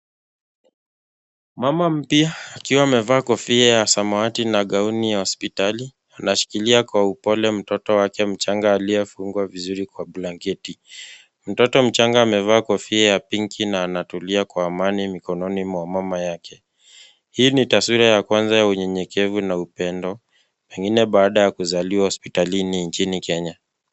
Mama mpya akiwa amevaa kofia ya samawati na gauni ya hospitali, anashikilia kwa upole mtoto wake mchanga aliye fungwa vizuri kwa blanketi. Mtoto mchanga amevaa kofia ya pinki na anatulia kwa amani mikononi mwa mama yake. Hii ni taswira ya kwanza ya unyenyekevu na upendo pengine baada ya kuzaliwa hospitalini nchini Kenya.